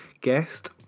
guest